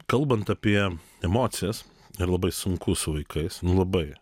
kalbant apie emocijas ir labai sunku su vaikais nu labai